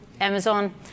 Amazon